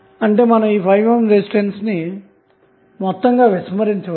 అంటే ఈ 5 ohm resistance నుమనం విస్మరించవచ్చు